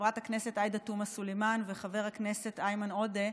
לחברת הכנסת עאידה תומא סלימאן וחבר הכנסת איימן עודה,